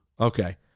Okay